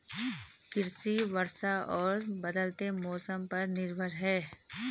कृषि वर्षा और बदलते मौसम पर निर्भर है